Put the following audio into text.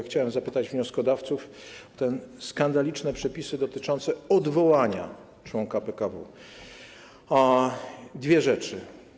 Chciałem zapytać wnioskodawców o te skandaliczne przepisy dotyczące odwołania członka PKW, o dwie rzeczy.